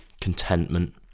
contentment